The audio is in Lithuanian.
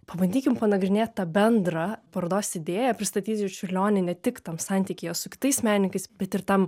pabandykim panagrinėt tą bendrą parodos idėją pristatyti čiurlionį ne tik tam santykyje su kitais menininkais bet ir tam